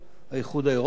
האיחוד האירופי,